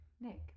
Nick